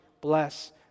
bless